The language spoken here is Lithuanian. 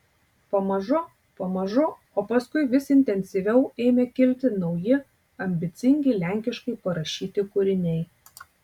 pamažu pamažu o paskui vis intensyviau ėmė kilti nauji ambicingi lenkiškai parašyti kūriniai